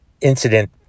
incident